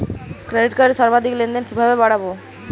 Credit কার্ডের সর্বাধিক লেনদেন কিভাবে বাড়াবো?